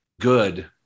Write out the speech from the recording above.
good